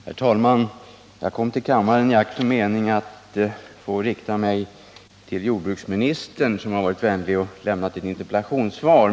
Herr talman! Jag kom till kammaren i akt och mening att få rikta mig till jordbruksministern, som har varit vänlig att lämna ett interpellationssvar.